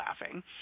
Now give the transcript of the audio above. laughing